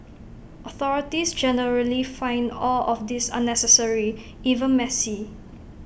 authorities generally find all of this unnecessary even messy